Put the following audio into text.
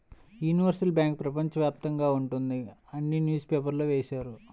universal bank ప్రపంచ వ్యాప్తంగా ఉంటుంది అని న్యూస్ పేపర్లో వేశారు